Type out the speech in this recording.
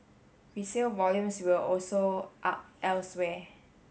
resale volumes were also up elsewhere